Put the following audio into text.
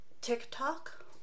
TikTok